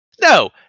no